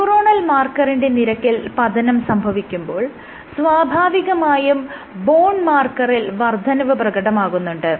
neuronal മാർക്കറിന്റെ നിരക്കിൽ പതനം സംഭവിക്കുമ്പോൾ സ്വാഭാവികമായും ബോൺ മാർക്കറിൽ വർദ്ധനവ് പ്രകടമാകുന്നുണ്ട്